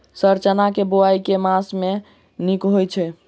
Sir चना केँ बोवाई केँ मास मे नीक होइ छैय?